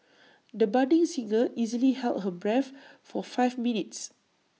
the budding singer easily held her breath for five minutes